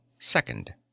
second